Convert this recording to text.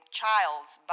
child's